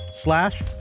slash